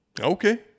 Okay